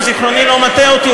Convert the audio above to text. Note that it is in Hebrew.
אם זיכרוני לא מטעה אותי,